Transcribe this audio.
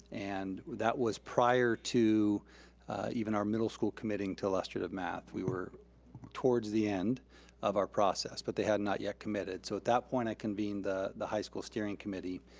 and that was prior to even our middle school committing to illustrative math. we were towards the end of our process, but they had not yet committed. so at that point, i convened the the high school steering committee,